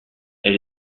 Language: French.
elle